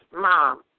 mom